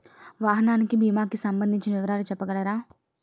వాహనానికి భీమా కి సంబందించిన వివరాలు చెప్పగలరా?